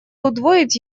удвоить